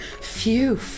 Phew